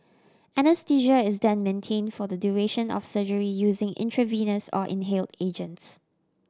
anaesthesia is then maintain for the duration of surgery using intravenous or inhaled agents